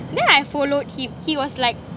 then I followed him he was like